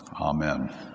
Amen